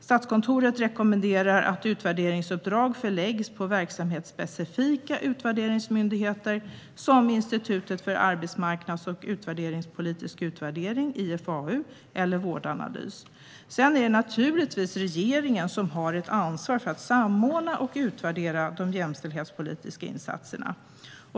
Statskontoret rekommenderar att utvärderingsuppdrag förläggs på verksamhetsspecifika utvärderingsmyndigheter som Institutet för arbetsmarknads och utbildningspolitisk utvärdering, IFAU, eller Vårdanalys. Sedan är det naturligtvis regeringen som har ett ansvar för att samordna och utvärdera de jämställdhetspolitiska insatserna.